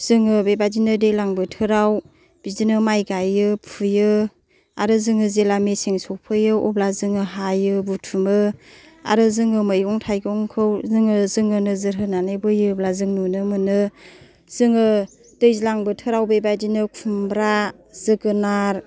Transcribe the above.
जोङो बेबायदिनो दैज्लां बोथोराव बिदिनो माय गायो फुयो आरो जोङो जेब्ला मेसें सफैयो अब्ला जोङो हायो बुथुमो आरो जोङो मैगं थायगंखौ जोङो नोजोर होनानै बोयोब्ला जों नुनो मोनो जोङो दैज्लां बोथोराव बेबायदिनो खुमब्रा जोगोनार